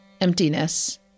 emptiness